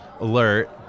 alert